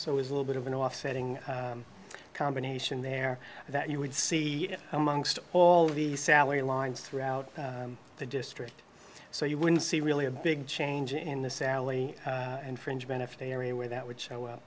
so it was a little bit of an offsetting combination there that you would see amongst all the salary lines throughout the district so you wouldn't see really a big change in the sally and fringe benefit area where that would show up